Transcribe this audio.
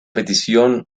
petición